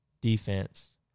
defense